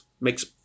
Makes